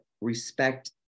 respect